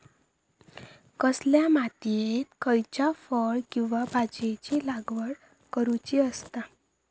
कसल्या मातीयेत खयच्या फळ किंवा भाजीयेंची लागवड करुची असता?